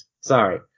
Sorry